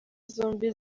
zombi